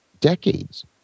decades